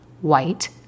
white